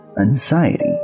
anxiety